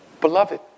beloved